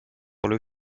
pole